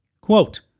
Quote